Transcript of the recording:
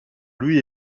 louis